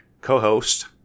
co-host